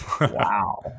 Wow